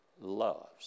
loves